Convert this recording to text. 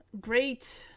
great